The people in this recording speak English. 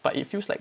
but it feels like